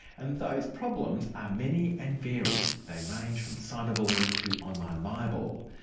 and those problems are many and varied. they range from cyber bullying to online libel,